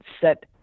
set